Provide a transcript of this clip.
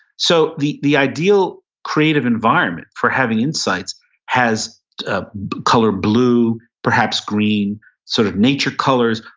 so the the ideal creative environment for having insights has color blue, perhaps green sort of nature colors,